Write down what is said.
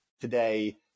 today